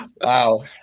wow